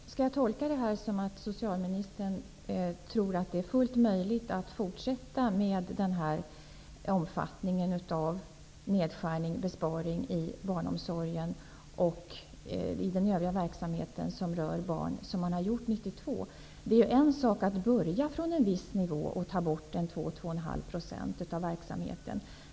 Fru talman! Skall jag göra tolkningen att socialministern tror att det är fullt möjligt att fortsätta med den här omfattningen på de under 1992 gjorda besparingarna, neddragningarna, inom barnomsorgen och övrig verksamhet som rör barn? Det är ju en sak att börja på en viss nivå och ta bort 2--2,5 % av verksamheten.